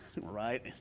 right